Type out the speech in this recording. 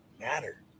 matter